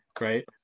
right